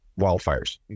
wildfires